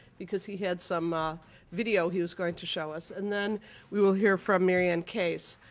because he had some ah video he was going to show us, and then we will hear from mary anne case